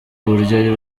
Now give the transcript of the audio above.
buryo